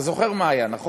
אתה זוכר מה היה, נכון?